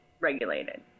regulated